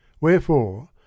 Wherefore